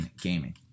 gaming